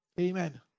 Amen